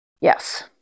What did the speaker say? Yes